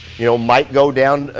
you know might go down,